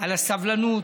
על הסבלנות.